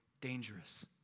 dangerous